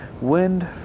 Wind